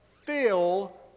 Fill